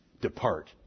depart